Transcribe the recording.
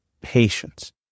patience